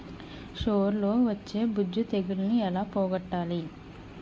సొర లో వచ్చే బూజు తెగులని ఏల పోగొట్టాలి?